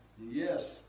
Yes